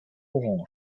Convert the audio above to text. orange